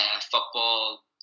Football